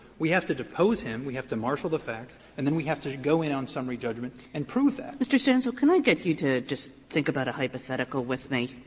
we have to depose him, we have to marshal the facts, and then we have to go in on summary judgment and prove that. kagan mr. stancil, can i get you to just think about a hypothetical with me?